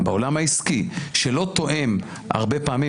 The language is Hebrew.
בעולם העסקי, שלא תואם הרבה פעמים.